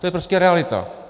To je prostě realita.